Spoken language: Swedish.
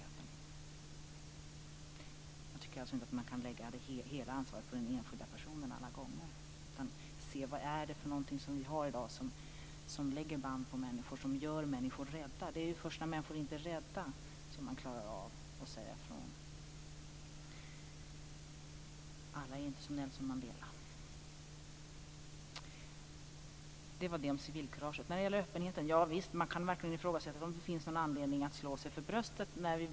Jag tycker alltså inte att man alla gånger kan lägga hela ansvaret på den enskilde. I stället måste man se vad det är i dag som lägger band på människor, som gör människor rädda. Det är ju först när man inte är rädd som man klarar av att säga ifrån. Alla är inte som Nelson Mandela. Sedan gäller det öppenheten. Javisst, man kan verkligen ifrågasätta om det finns anledning att slå sig för bröstet.